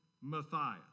Matthias